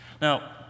Now